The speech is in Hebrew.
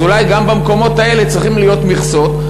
אז אולי גם במקומות האלה צריכות להיות מכסות,